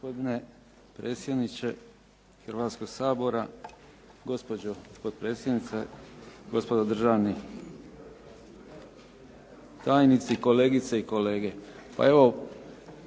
Hrvatskoga sabora, gospođo potpredsjednice, gospodo državni tajnici, kolegice i kolege.